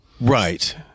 Right